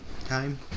time